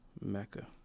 mecca